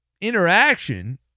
interaction